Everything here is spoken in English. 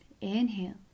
inhale